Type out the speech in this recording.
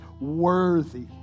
worthy